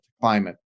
climate